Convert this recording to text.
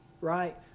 Right